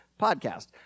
podcast